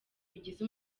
bigize